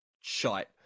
shite